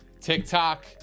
TikTok